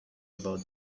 about